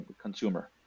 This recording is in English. consumer